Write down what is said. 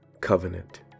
Covenant